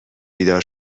بیدار